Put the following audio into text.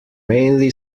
mainly